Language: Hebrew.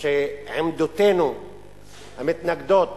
שעמדותינו המתנגדות